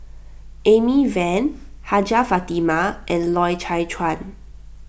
Amy Van Hajjah Fatimah and Loy Chye Chuan